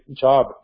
job